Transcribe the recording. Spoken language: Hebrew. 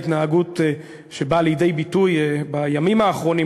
ההתנהגות שבאה לידי ביטוי בימים האחרונים,